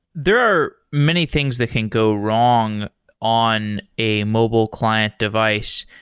there are many things that can go wrong on a mobile client device.